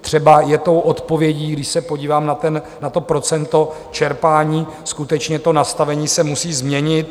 Třeba je odpovědí, když se podívám na procento čerpání, skutečně to nastavení se musí změnit.